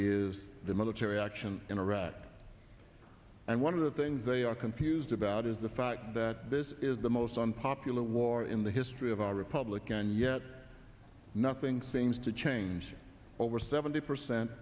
is the military action in iraq and one of the things they are confused about is the fact that this is the most unpopular war in the history of our republic and yet nothing seems to change over seventy percent